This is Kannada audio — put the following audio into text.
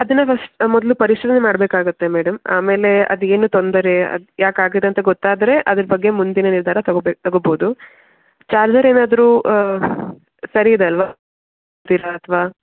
ಅದನ್ನು ಮೊದಲು ಪರಿಶೀಲನೆ ಮಾಡಬೇಕಾಗುತ್ತೆ ಮೇಡಮ್ ಆಮೇಲೆ ಅದೇನು ತೊಂದರೆ ಅದ್ಯಾಕಾಗಿದೆ ಅಂತ ಗೊತ್ತಾದರೆ ಅದರ ಬಗ್ಗೆ ಮುಂದಿನ ನಿರ್ಧಾರ ತಗೋಬೆ ತಗೋಬೋದು ಚಾರ್ಜರ್ ಏನಾದರೂ ಸರಿ ಇದೆ ಅಲ್ವಾ ಅಥವಾ